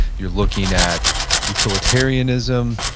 you're looking at utilitarianism.